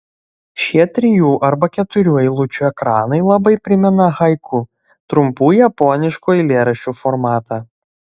šie trijų arba keturių eilučių ekranai labai primena haiku trumpų japoniškų eilėraščių formatą